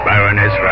Baroness